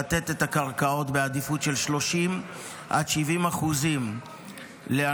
לתת את הקרקעות בעדיפות של 30% עד 70% לאנשי